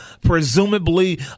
presumably